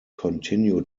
continue